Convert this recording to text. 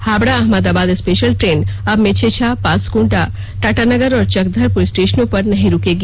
Howrah Ahmedabad special train अब मेछेछा पांसकुडा टाटानगर और चकधरपुर स्टेशनों पर नहीं रूकेगी